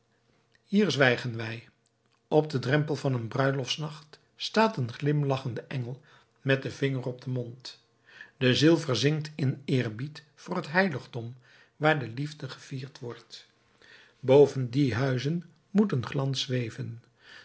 hier zwijgen wij op den drempel van een bruiloftsnacht staat een glimlachende engel met den vinger op den mond de ziel verzinkt in eerbied voor het heiligdom waar de liefde gevierd wordt boven die huizen moet een glans zweven